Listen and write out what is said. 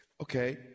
okay